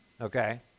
okay